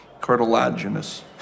cartilaginous